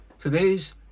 Today's